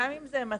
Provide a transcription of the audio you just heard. גם אם זה מוזיקה,